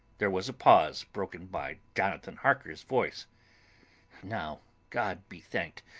there was a pause, broken by jonathan harker's voice now, god be thanked,